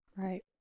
Right